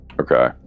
okay